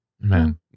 Man